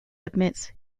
admits